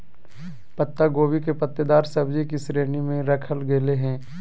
पत्ता गोभी के पत्तेदार सब्जि की श्रेणी में रखल गेले हें